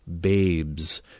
babes